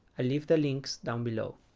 i leave the links down below